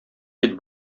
бит